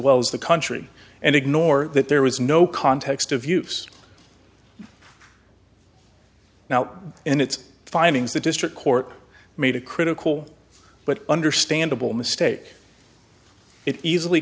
well as the country and ignore that there was no context of use now in its findings the district court made a critical but understandable mistake it easily